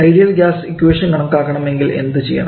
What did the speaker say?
ideal gas equation കണക്കാക്കണം എങ്കിൽ എന്ത് ചെയ്യണം